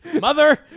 Mother